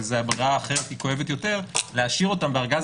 אבל הברירה האחרת היא כואבת יותר - להשאיר אותן בארגז